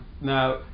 now